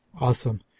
Awesome